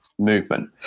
movement